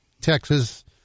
Texas